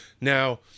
now